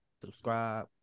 subscribe